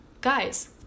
guys